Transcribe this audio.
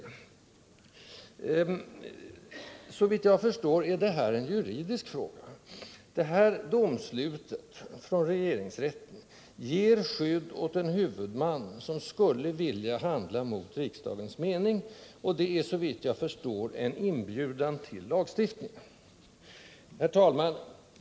Såvitt jag förstår är detta en juridisk fråga. Det här domslutet från regeringsrätten ger skydd åt en huvudman som skulle vilja handla mot riksdagens mening, och det är såvitt jag kan finna en inbjudan till lagstiftning.